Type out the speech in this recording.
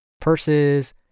purses